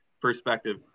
perspective